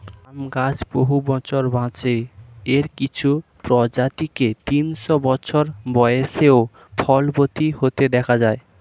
আম গাছ বহু বছর বাঁচে, এর কিছু প্রজাতিকে তিনশো বছর বয়সেও ফলবতী হতে দেখা যায়